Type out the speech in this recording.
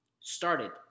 started